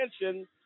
attention